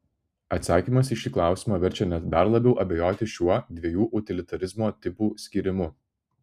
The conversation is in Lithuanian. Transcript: atsakymas į šį klausimą verčia net dar labiau abejoti šiuo dviejų utilitarizmo tipų skyrimu